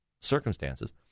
circumstances